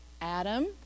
Adam